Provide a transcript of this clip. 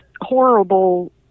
horrible